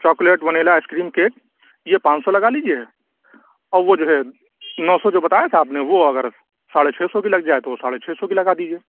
chocolate vanilla ice cream cake یہ پانچ سو لگا لیجیے اور وہ جو ہے نو سو جو بتایا تھا آپ نے وہ اگر ساڑھے چھ سو کی لگ جائے تو ساڑھے چھ سو کی لگا دیجیے